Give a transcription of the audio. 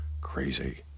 Crazy